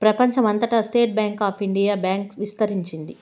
ప్రెపంచం అంతటా state bank of India bank ఇస్తరించింది